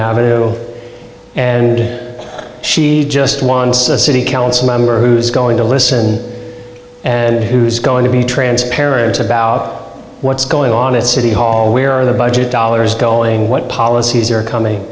avenue and she just wants the city council member who's going to listen and who's going to be transparent about what's going on at city hall where are the budget dollars go away what policies are coming